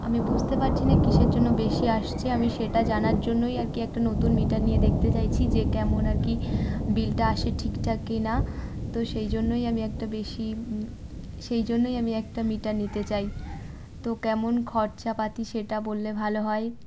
আমি বুঝতে পারছি না কিসের জন্য বেশি আসছে আমি সেটা জানার জন্যই আর কি একটা নতুন মিটার নিয়ে দেখতে চাইছি যে কেমন আর কি বিলটা আসে ঠিক ঠাক ক না তো সেই জন্যই আমি একটা বেশি সেই জন্যই আমি একটা মিটার নিতে চাই তো কেমন খরচাাপাতি সেটা বললে ভালো হয়